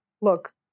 Look